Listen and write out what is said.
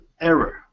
error